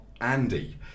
Andy